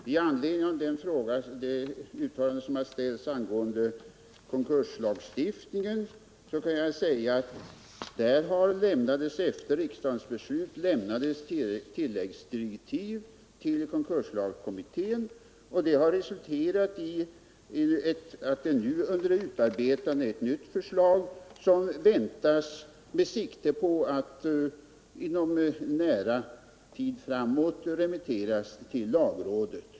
Herr talman! Med anledning av vad som här uttalats om konkurslagstiftningen och de frågor som ställts kan jag säga att efter riksdagens beslut lämnades tilläggsdirektiv till konkurslagskommittén. Detta har resulterat i att ett nytt förslag är under utarbetande med sikte på att inom kort kunna remitteras till lagrådet.